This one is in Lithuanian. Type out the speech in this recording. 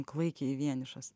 klaikiai vienišas